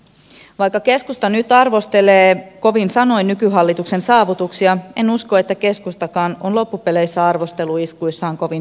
vaikka keskusta nyt arvostelee kovin sanoin nykyhallituksen saavutuksia en usko että keskustakaan on loppupeleissä arvosteluiskuissaan kovin tosissaan